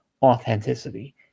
authenticity